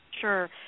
Sure